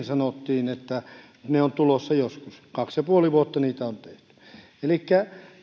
sanottiin että ne ovat tulossa joskus kaksi ja puoli vuotta niitä on tehty elikkä